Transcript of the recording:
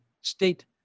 state